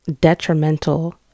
detrimental